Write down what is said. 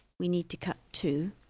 we need to cut two,